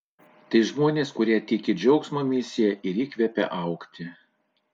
tai žmonės kurie tiki džiaugsmo misija ir įkvepia augti